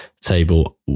table